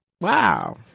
wow